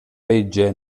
legge